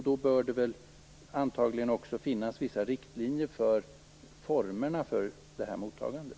Det bör antagligen också finnas vissa riktlinjer för formerna för mottagandet.